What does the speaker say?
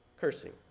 cursing